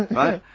right?